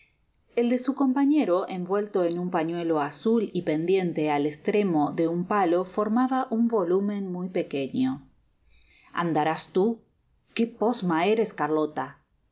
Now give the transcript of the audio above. el de su compañero envuelto en un pañuelo azul y pendiente al estremo de un palo formaba un volumen muy pequeño andarás tú qué posma eres cariola